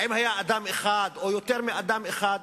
האם היה אדם אחד או יותר מאדם אחד?